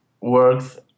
works